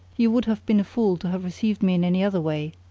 you would have been a fool to have received me in any other way,